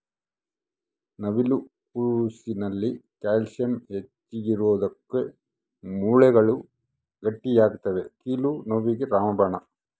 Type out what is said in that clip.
ನವಿಲು ಕೋಸಿನಲ್ಲಿ ಕ್ಯಾಲ್ಸಿಯಂ ಹೆಚ್ಚಿಗಿರೋದುಕ್ಕ ಮೂಳೆಗಳು ಗಟ್ಟಿಯಾಗ್ತವೆ ಕೀಲು ನೋವಿಗೆ ರಾಮಬಾಣ